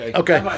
okay